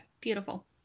beautiful